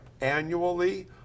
annually